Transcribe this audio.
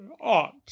ought